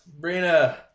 Brina